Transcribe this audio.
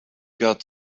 got